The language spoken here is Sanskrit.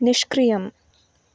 निष्क्रियम्